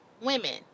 Women